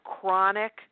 chronic